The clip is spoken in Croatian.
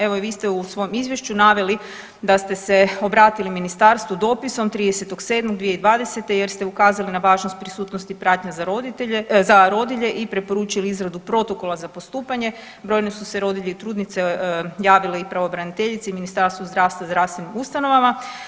Evo i vi ste u svom izvješću naveli da ste se obratili ministarstvu dopisom 30.7.2020. jer ste ukazali na važnost prisutnosti pratnje za roditelje, za rodilje i preporučili izradu protokola za postupanje, brojne su se rodilje i trudnice javile i pravobraniteljici, Ministarstvu zdravstva i zdravstvenim ustanovama.